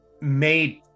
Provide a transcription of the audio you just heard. made